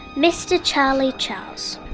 mr charley charles.